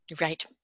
Right